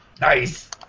Nice